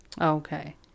Okay